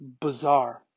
bizarre